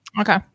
Okay